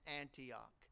Antioch